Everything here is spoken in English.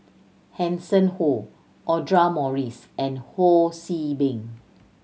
Hanson Ho Audra Morrice and Ho See Beng